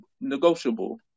negotiable